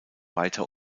weiter